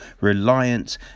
reliance